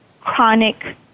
chronic